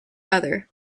other